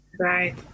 Right